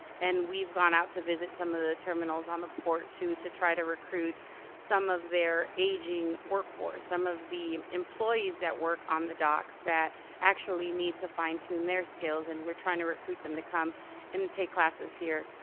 and we've gone out to visit some of the terminals on the port, too, to try to recruit some of their aging workforce, some of the employees that work on the docks that actually need to fine tune their skills. and we're trying to recruit them to come and take classes here.